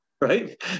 right